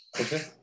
Okay